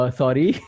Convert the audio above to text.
sorry